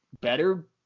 better